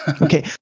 okay